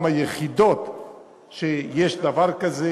היחידות שיש בהן דבר כזה.